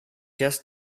just